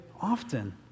often